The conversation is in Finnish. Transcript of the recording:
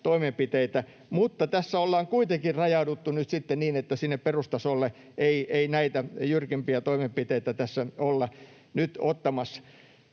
toimenpiteitä, mutta tässä ollaan kuitenkin rajauduttu nyt sitten niin, että sinne perustasolle ei näitä jyrkempiä toimenpiteitä tässä olla nyt ottamassa.